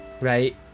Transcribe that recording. right